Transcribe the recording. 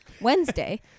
Wednesday